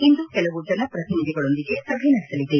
ಇಂದು ಕೆಲವು ಜನಪ್ರತಿನಿಧಿಗಳೊಂದಿಗೆ ಸಭೆ ನಡೆಸಲಿದೆ